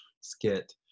skit